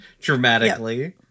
dramatically